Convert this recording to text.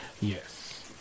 Yes